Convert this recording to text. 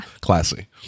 Classy